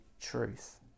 truth